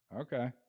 Okay